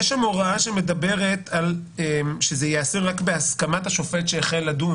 יש שם הוראה שמדברת על כך שזה ייעשה רק בהסכמת השופט שהחל לדון.